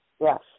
Yes